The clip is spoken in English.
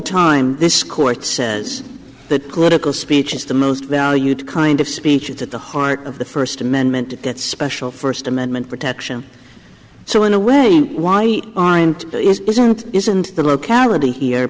time this court says that political speech is the most valued kind of speech it's at the heart of the first amendment to get special first amendment protection so in a way why aren't you isn't the locality here